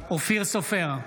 אופיר סופר,